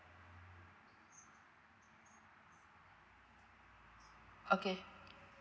okay